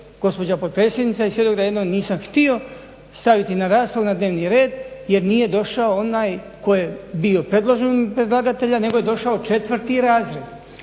gospođa potpredsjednica je svjedok da jedno nisam htio staviti na raspravu na dnevni red jer nije došao onaj tko je bio predložen od predlagatelja nego je došao 4. razred.